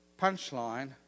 punchline